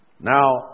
Now